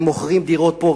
ומוכרים דירות פה,